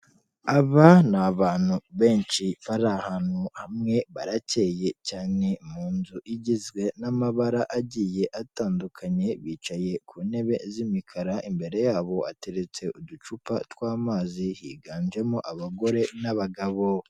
Aba ni abantu benshi bari ahantu hamwe, baracyeye cyane mu nzu igizwe n'amabara agiye atandukanye, bicaye ku ntebe z'imikara, imbere yabo hateretse uducupa tw'amazi, higanjemo abagore n'abagabo.